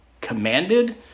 commanded